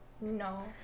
No